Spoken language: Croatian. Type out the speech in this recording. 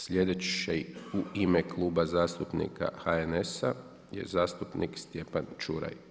Sljedeći u ime Kluba zastupnika HNS-a je zastupnik Stjepan Čuraj.